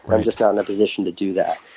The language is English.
i'm just not in a position to do that.